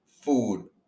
food